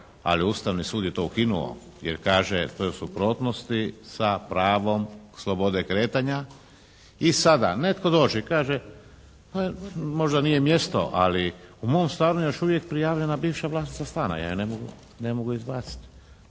ali Ustavni sud je to ukinuo. Jer kaže to je u suprotnosti sa pravom slobode kretanja. I sada, netko dođe, kaže možda nije mjesto, ali u mom stanu još uvijek je prijavljena bivša vlasnica stana, ja je ne mogu izbaciti,